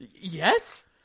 Yes